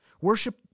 Worship